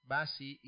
Basi